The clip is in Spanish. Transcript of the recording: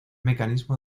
mecanismo